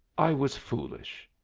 i was foolish.